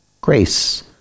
Grace